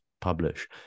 publish